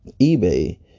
eBay